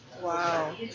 Wow